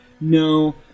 no